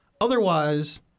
Otherwise